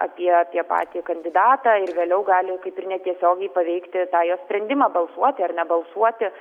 apie apie patį kandidatą ir vėliau gali kaip ir netiesiogiai paveikti tą jo sprendimą balsuoti ar nebalsuoti